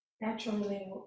naturally